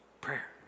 Prayer